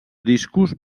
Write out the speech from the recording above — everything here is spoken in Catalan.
discos